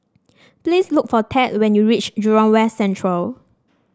please look for Tad when you reach Jurong West Central